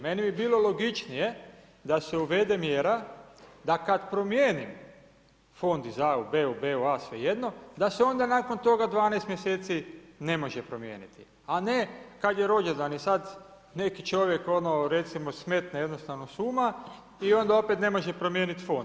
Meni bi bilo logičnije da se uvede mjera da kad promijenim fond iz a. u b., b. u a. svejedno, da se onda nakon toga 12 mjeseci ne može promijenit, a ne kad je rođendan i sad neki čovjek ono recimo smetne jednostavno s uma i onda opet ne može promijeniti fona.